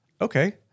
Okay